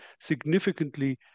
significantly